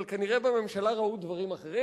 אבל כנראה בממשלה ראו דברים אחרים.